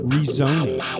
Rezoning